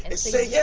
ah so yeah